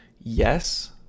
yes